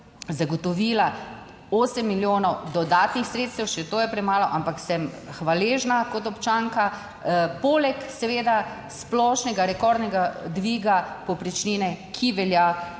zagotovila 8 milijonov dodatnih sredstev - še to je premalo, ampak sem hvaležna kot občanka - poleg seveda splošnega rekordnega dviga povprečnine, ki velja